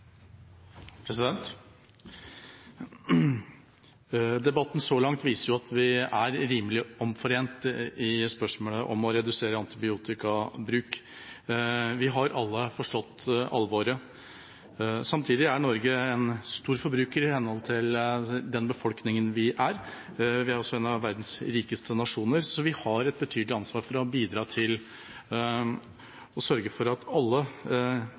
helsevesenet. Debatten så langt viser at vi er rimelig omforente i spørsmålet om å redusere antibiotikabruk. Vi har alle forstått alvoret. Samtidig er Norge en stor forbruker i henhold til befolkningen. Vi er også en av verdens rikeste nasjoner. Så vi har et betydelig ansvar for å bidra til å sørge for at alle